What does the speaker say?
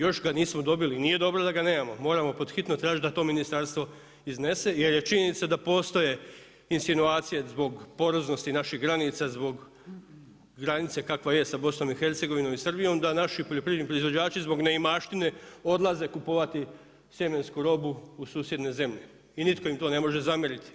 Još ga nismo dobili, nije dobro da ga nemamo, moramo pod hitno tražiti da to ministarstvo iznese jer je činjenica da postoje insinuacije zbog poroznosti naših granica, zbog granice kakva jest sa BiH-a da naši poljoprivredni proizvođači zbog neimaštine odlaze kupovati sjemensku robu u susjedne zemlje i nitko im to ne može zamjeriti.